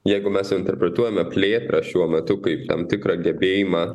jeigu mes jau interpretuojame plėtrą šiuo metu kaip tam tikrą gebėjimą